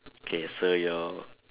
okay so your